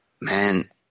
Man